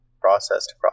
processed